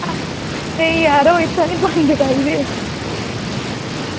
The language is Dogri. नेईं इत्थें बी गंद पाइयै